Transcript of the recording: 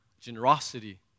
Generosity